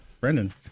Brendan